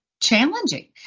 challenging